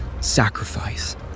sacrifice